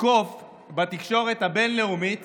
יתקוף בתקשורת הבין-לאומית